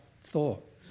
thought